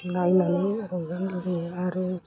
नायनानै रंजानो लुगैयो आरो